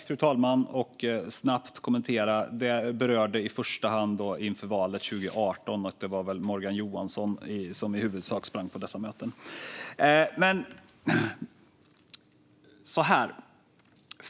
Fru talman! Det rörde sig i första hand om inför valet 2018, och det var väl i huvudsak Morgan Johansson som sprang på dessa möten.